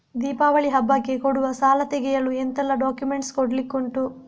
ದೀಪಾವಳಿ ಹಬ್ಬಕ್ಕೆ ಕೊಡುವ ಸಾಲ ತೆಗೆಯಲು ಎಂತೆಲ್ಲಾ ಡಾಕ್ಯುಮೆಂಟ್ಸ್ ಕೊಡ್ಲಿಕುಂಟು?